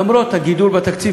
למרות הגידול בתקציב,